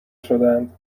شدند